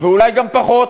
ואולי גם פחות.